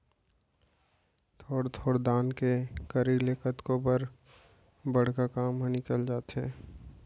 थोर थोर दान के करई ले कतको बर बड़का काम ह निकल जाथे